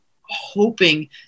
hoping